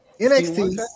NXT